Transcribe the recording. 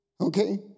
okay